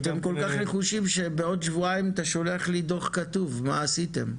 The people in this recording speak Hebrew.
אתם כל כך נחושים שבעוד שבועיים אתה שולח לי דו"ח כתוב מה עשיתם,